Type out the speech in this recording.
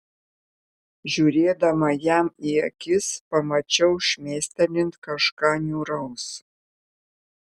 žiūrėdama jam į akis pamačiau šmėstelint kažką niūraus